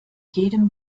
jedem